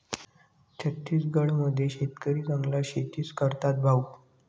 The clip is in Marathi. छत्तीसगड मध्ये शेतकरी जंगलात शेतीच करतात भाऊ